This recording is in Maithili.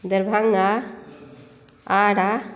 दरभङ्गा आरा